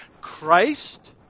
Christ